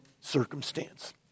circumstance